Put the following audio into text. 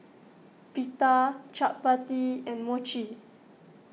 Pita Chapati and Mochi